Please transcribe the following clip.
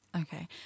Okay